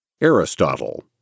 Aristotle